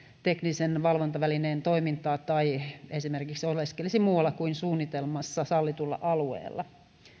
teknisen valvontavälineen toimintaa tai esimerkiksi oleskelisi muualla kuin suunnitelmassa sallitulla alueella